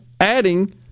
adding